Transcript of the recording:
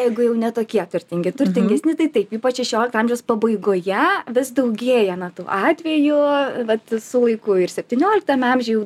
jeigu jau ne tokie turtingi turtingesni tai taip ypač šešiolikto amžiaus pabaigoje vis daugėja na tų atveju vat su laiku ir septynioliktame amžiuj jau